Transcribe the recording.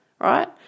right